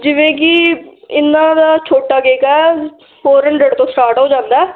ਜਿਵੇਂ ਕਿ ਇਹਨਾਂ ਦਾ ਛੋਟਾ ਕੇਕ ਆ ਫੋਰ ਹੰਡਰਡ ਤੋਂ ਸਟਾਰਟ ਹੋ ਜਾਂਦਾ